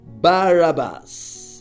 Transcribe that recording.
Barabbas